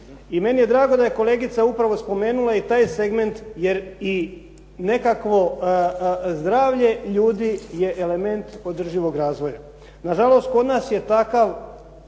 I meni je drago da je kolegica upravo spomenula i taj segment jer i nekakvo zdravlje ljudi je element održivog razvoja. Nažalost, kod nas je takva